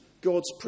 God's